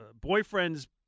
boyfriend's